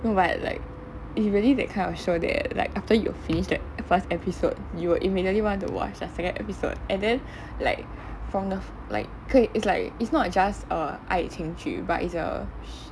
no but like it's really that kind of show that like after you finish that first episode you will immediately want to the watch the second episode and then like from the fir~ like 可以 it's like it's not just a 爱情剧 but it's a